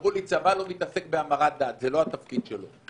אמרו לי צבא לא מתעסק בהמרת דת, זה לא התפקיד שלו.